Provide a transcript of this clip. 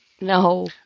No